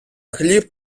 хліб